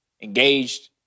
engaged